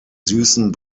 süßen